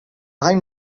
raimp